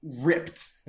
ripped